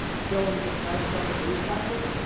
feeling depressed about the news cycle?